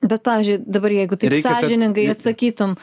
bet pavyzdžiui dabar jeigu taip sąžiningai atsakytum